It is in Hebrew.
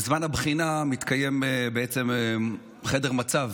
בזמן הבחינה מתקיים חדר מצב